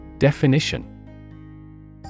Definition